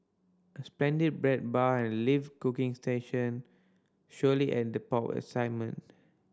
a splendid bread bar and live cooking station surely add the pop of excitement